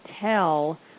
tell